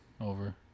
over